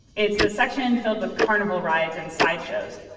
it's the section filled with carnival rides and sideshows.